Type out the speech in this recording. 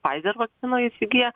pfizer vakciną įsigiję